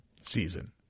season